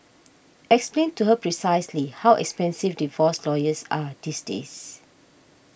explain to her precisely how expensive divorce lawyers are these days